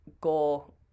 go